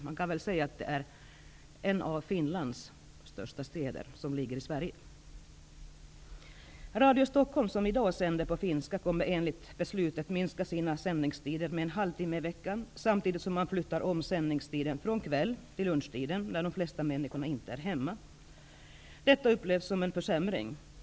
Man kan säga att en av Finlands största städer ligger i Sverige. Radio Stockholm som i dag sänder på finska kommer enligt beslutet att minska sina sändningstider med en halv timme i vecka, samtidigt som man flyttar om sändningstiden från kväll till lunchtid, då de flesta människor inte är hemma. Detta upplevs som en försämring.